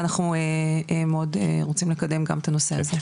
אנחנו מאוד רוצים לקדם גם את הנושא הזה.